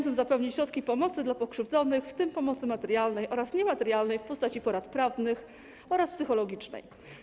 Chodzi o zapewnienie środków pomocy dla pokrzywdzonych, w tym pomocy materialnej oraz niematerialnej w postaci porad prawnych oraz psychologicznej.